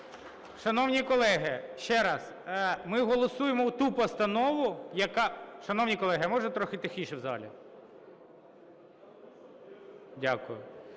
Шановні колеги, ще раз, ми голосуємо ту постанову, яка… Шановні колеги, можна трохи тихіше в залі. Дякую.